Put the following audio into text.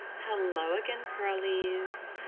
hello again, pearlies.